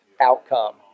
outcome